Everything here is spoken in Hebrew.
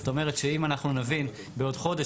זאת אומרת שאם אנחנו נבין בעוד חודש,